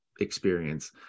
experience